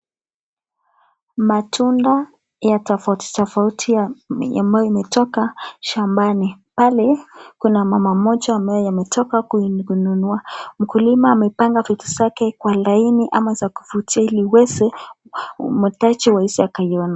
Matunda ya tofauti tofauti ambayo imetoka shambani. Pale kuna mama moja ambaye ametoka kuinunua. Mkulima ameipanga vitu zake kwa laini ama za kuvutia ili iweze mteja aweze akaiona.